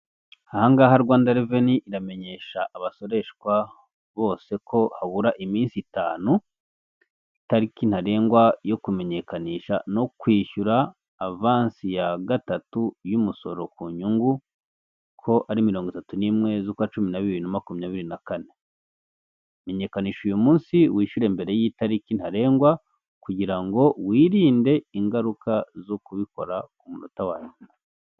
Aha ngaha Rwanda reveni iramenyesha abasoreshwa bose ko habura iminsi itanu itariki ntarengwa yo kumenyekanisha no kwishyura avansi ya gatatu y'umusoro ku nyungu ko ari mirongo itatu n'imwe z'ukwa cumi na bibiri bibiri na makumyabiri na kane .Menyekanisha uyu munsi wishyure mbere y'itariki ntarengwa kugira ngo wirinde ingaruka zo kubikora ku munota wa nyuma.